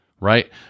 right